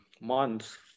month